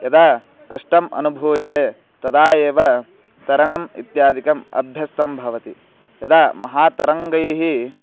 यदा कष्टम् अनुभूयते तदा एव तरणम् इत्यादिकम् अभ्यस्तं भवति यदा महातरङ्गैः